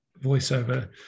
voiceover